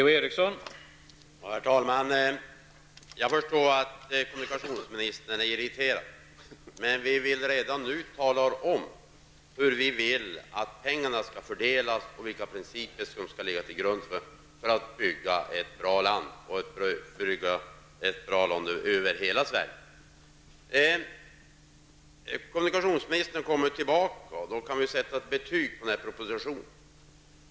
Herr talman! Jag förstår att kommunikationsministern är irriterad, men vi vill redan nu tala om hur vi önskar att pengarna skall fördelas och vilka principer som skall ligga till grund för uppbyggandet av ett bra land. Kommunikationsministern kommer tillbaka och då kan vi sätta betyg på propositionen.